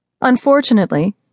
Unfortunately